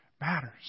matters